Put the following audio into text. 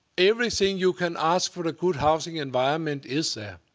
everything you can ask for a good housing environment is there.